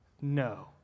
No